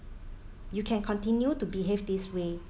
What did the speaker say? you can continue to behave this way